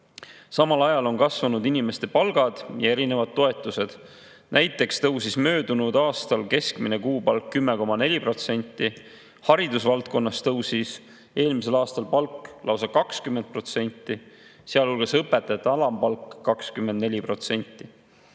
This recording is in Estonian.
Samal ajal on kasvanud inimeste palgad ja erinevad toetused. Näiteks tõusis möödunud aastal keskmine kuupalk 10,4%, haridusvaldkonnas tõusis eelmisel aastal palk lausa 20%, sealhulgas õpetajate alampalk 24%.